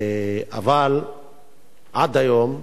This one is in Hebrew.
אבל עד היום,